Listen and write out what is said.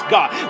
God